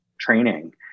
training